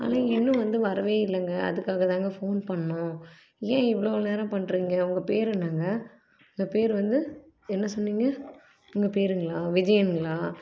ஆனால் இன்னும் வந்து வரவே இல்லைங்க அதுக்காக தாங்க ஃபோன் பண்ணிணோம் ஏன் இவ்வளோ நேரம் பண்ணுறிங்க உங்கள் பெயர் என்னங்க உங்கள் பெயர் வந்து என்ன சொன்னீங்க உங்கள் பெயருங்களா விஜயனுங்களா